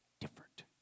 different